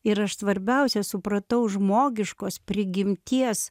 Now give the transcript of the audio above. ir aš svarbiausia supratau žmogiškos prigimties